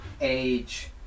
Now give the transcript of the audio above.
age